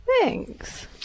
thanks